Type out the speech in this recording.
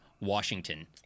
Washington